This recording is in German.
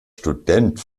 student